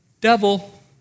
devil